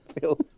Phil